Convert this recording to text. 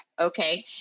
okay